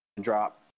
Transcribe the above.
drop